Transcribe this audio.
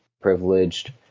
privileged